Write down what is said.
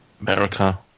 America